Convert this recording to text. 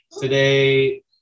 today